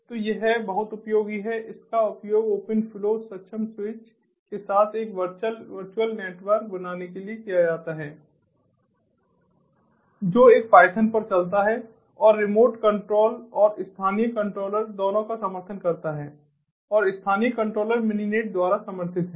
तो यह बहुत उपयोगी है इसका उपयोग ओपन फ्लो सक्षम स्विच के साथ एक वर्चुअल नेटवर्क बनाने के लिए किया जाता है जो कि पायथन पर चलता है और रिमोट कंट्रोल और स्थानीय कंट्रोलर दोनों का समर्थन करता है और स्थानीय कंट्रोलर मिनिनेट द्वारा समर्थित हैं